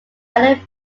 alan